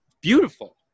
Beautiful